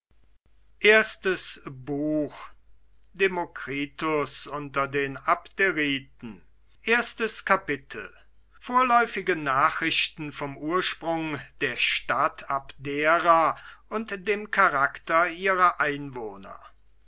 demokritus unter den abderiten erstes kapitel vorläufige nachrichten vom ursprung der stadt abdera und dem charakter ihrer einwohner